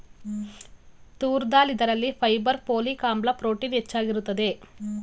ತೂರ್ ದಾಲ್ ಇದರಲ್ಲಿ fibre, folic ಆಮ್ಲ, protein ಹೆಚ್ಚಾಗಿರುತ್ತದೆ